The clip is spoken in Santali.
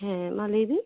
ᱦᱮᱸ ᱢᱟ ᱞᱟᱹᱭᱵᱤᱱ